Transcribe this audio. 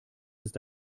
ist